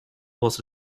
was